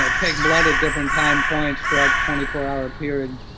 ah take blood at different time points throughout twenty four hour period,